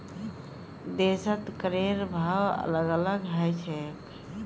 देशत करेर भाव अलग अलग ह छेक